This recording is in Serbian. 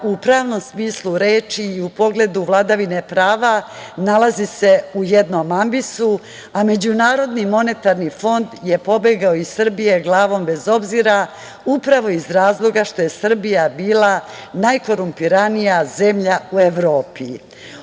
u pravnom smislu reči i u pogledu vladavine prava, nalazi se u jednom ambisu, a MMF je pobegao iz Srbije glavom bez obzira, upravo iz razloga što je Srbija bila najkorumpiranija zemlja u Evropi. Odmah